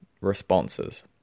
responses